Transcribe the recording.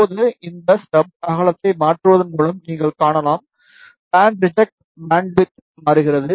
இப்போது இந்த ஸ்டப் அகலத்தை மாற்றுவதன் மூலம் நீங்கள் காணலாம் பேண்ட் ரிஜெக்ட் பேண்ட்விட்த் மாறுகிறது